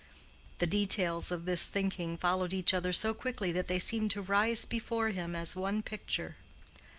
the details of this thinking followed each other so quickly that they seemed to rise before him as one picture.